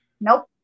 Nope